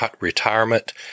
retirement